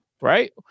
right